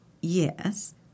Yes